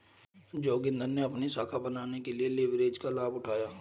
जोगिंदर ने अपनी नई शाखा बनाने के लिए लिवरेज का लाभ उठाया